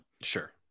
Sure